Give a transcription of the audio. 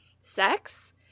sex